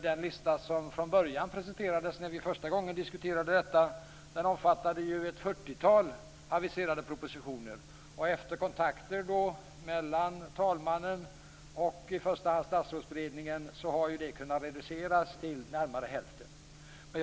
Den lista som från början presenterades, när vi första gången diskuterade detta, omfattade ett fyrtiotal aviserade propositioner. Efter kontakter mellan talmannen och i första hand Statsrådsberedningen har det kunnat reduceras till närmare hälften.